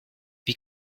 wie